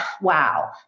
wow